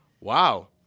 Wow